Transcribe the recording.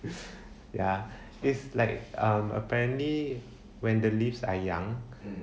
ya it's like um apparently when the leaves are young